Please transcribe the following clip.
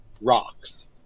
rocks